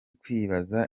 kwibaza